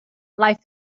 life